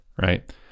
right